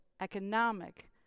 economic